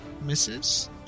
misses